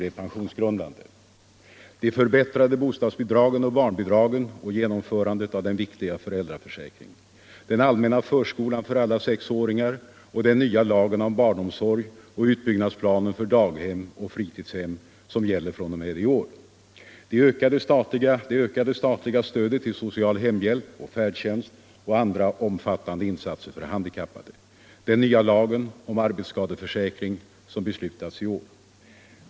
De förbättrade bostadsbidragen och barnbidragen och genomförandet av den viktiga föräldraförsäkringen. Det ökade statliga stödet till social hemhjälp och färdtjänst och andra omfattande insatser för handikappade. Den nya lagen om arbetsskadeförsäkring som beslutats i år.